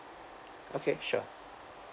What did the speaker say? okay sure